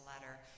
letter